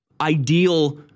ideal